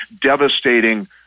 devastating